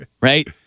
right